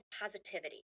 positivity